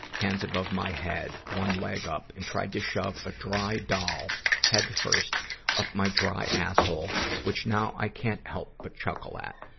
hands above my head, one leg up, and tried to shove a dry doll head first up my dry asshole, which now i can't help but chuckle at.